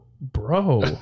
Bro